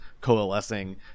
coalescing